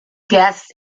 guests